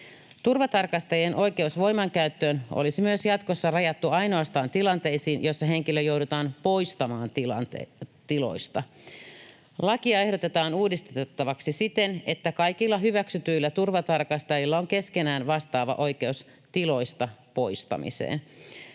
Turvatarkastajien oikeus voimankäyttöön olisi myös jatkossa rajattu ainoastaan tilanteisiin, joissa henkilö joudutaan poistamaan tiloista. Lakia ehdotetaan uudistettavaksi siten, että kaikilla hyväksytyillä turvatarkastajilla on keskenään vastaava oikeus tiloista poistamiseen.